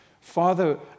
Father